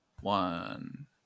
one